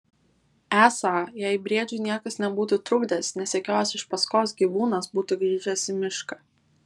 esą jei briedžiui niekas nebūtų trukdęs nesekiojęs iš paskos gyvūnas būtų grįžęs į mišką